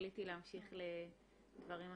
תחליטי להמשיך לדברים אחרים.